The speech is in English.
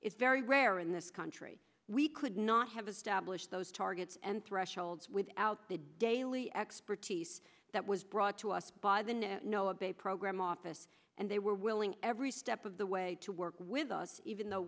is very rare in this country we could not have established those targets and thresholds without the daily expertise that was brought to us by the new no abate program office and they were willing every step of the way to work with us even though